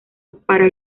para